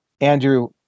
Andrew